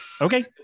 Okay